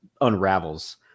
unravels